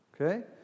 Okay